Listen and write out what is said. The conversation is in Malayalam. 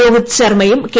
രോഹിത് ശർമ്മയും കെ